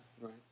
right